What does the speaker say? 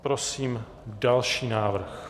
Prosím další návrh.